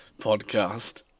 podcast